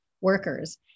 workers